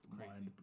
Crazy